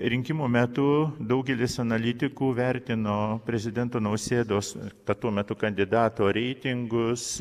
rinkimų metu daugelis analitikų vertino prezidento nausėdos tą tuo metu kandidato reitingus